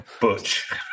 Butch